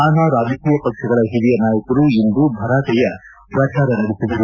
ನಾನಾ ರಾಜಕೀಯ ಪಕ್ಷಗಳ ಹಿರಿಯ ನಾಯಕರು ಇಂದು ಭರಾಟೆಯ ಪ್ರಚಾರ ನಡೆಸಿದರು